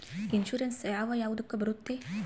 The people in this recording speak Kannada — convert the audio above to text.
ಇನ್ಶೂರೆನ್ಸ್ ಯಾವ ಯಾವುದಕ್ಕ ಬರುತ್ತೆ?